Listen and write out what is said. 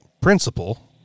principle